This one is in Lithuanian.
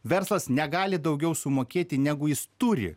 verslas negali daugiau sumokėti negu jis turi